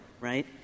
right